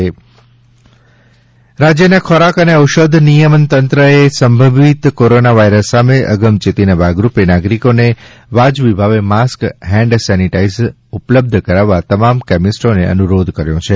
corona રાજ્યના ખોરાક અને ઔષધ નિયમન તંત્રએ સંભવિત કોરોના વાયરસ સામે અગમચેતીના ભાગરૂપે નાગરિકોને વ્યાજબી ભાવે માસ્ક હેન્ડ સેનીટાઇઝ ઉપલબ્ધ કરાવવા તમામ કેમિસ્ટ મિત્રોને અનુરોધ કર્યો છે